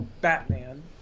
Batman